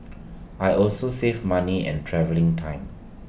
I also save money and travelling time